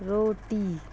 روٹی